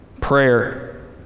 prayer